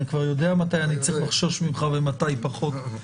אני כבר יודע מתי אני צריך לחשוש ממך ומתי פחות.